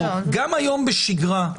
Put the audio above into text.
גם היום בשגרה,